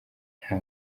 nta